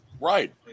Right